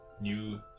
new